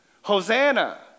Hosanna